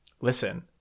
listen